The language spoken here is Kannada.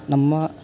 ನಮ್ಮ